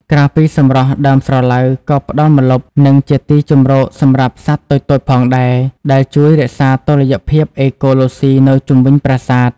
ក្រៅពីសម្រស់ ដើមស្រឡៅក៏ផ្តល់ម្លប់ និងជាទីជម្រកសម្រាប់សត្វតូចៗផងដែរ ដែលជួយរក្សាតុល្យភាពអេកូឡូស៊ីនៅជុំវិញប្រាសាទ។